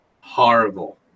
horrible